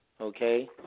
okay